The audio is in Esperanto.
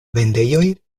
vendejoj